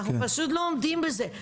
אנחנו פשוט לא עומדים בזה.